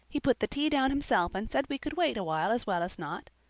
he put the tea down himself and said we could wait awhile as well as not.